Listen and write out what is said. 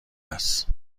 است